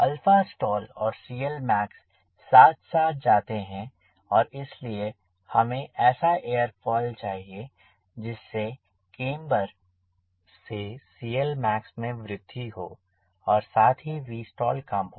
stall और CLmax साथ साथ जाते हैं और इसलिए हमें ऐसा एरोफॉइल चाहिए जिससे केम्बर से CLmax में वृद्धि हो और साथ ही Vstall कम हो